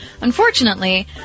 Unfortunately